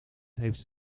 heeft